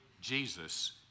Jesus